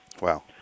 Wow